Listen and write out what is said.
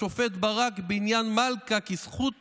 השופט ברק, בעניין מלכה, כי זכות